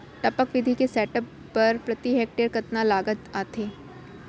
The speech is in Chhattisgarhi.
टपक विधि के सेटअप बर प्रति हेक्टेयर कतना लागत आथे?